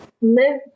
live